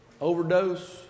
overdose